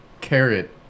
carrot